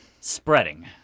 spreading